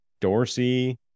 Dorsey